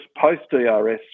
post-DRS